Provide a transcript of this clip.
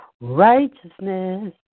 Righteousness